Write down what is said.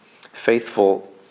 faithful